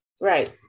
Right